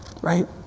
Right